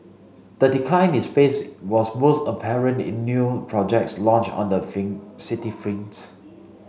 the decline in space was most apparent in new projects launched on the city